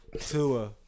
Tua